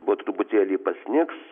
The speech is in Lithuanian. po truputėlį pasnigs